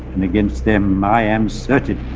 and against them i am certain